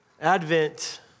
Advent